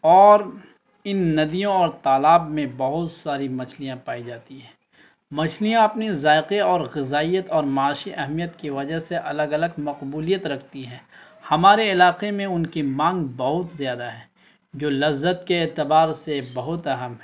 اور ان ندیوں اور تالاب میں بہت ساری مچھلیاں پائی جاتی ہیں مچھلیاں اپنی ذائقے اور غذائیت اور معاشی اہمیت کی وجہ سے الگ الگ مقبولیت رکھتی ہیں ہمارے علاقے میں ان کی مانگ بہت زیادہ ہے جو لذت کے اعتبار سے بہت اہم ہے